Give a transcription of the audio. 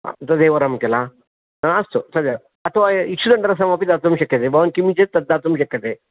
तदेव वरं किल आम् अस्तु तदेव अथवा इक्षुदण्डरसमपि दातुं शक्यते भवान् किं इति चेत् तद्दातुं शक्यते